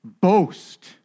Boast